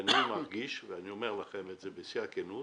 אני מרגיש ואני אומר זאת בשיא הכנות